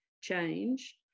change